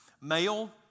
Male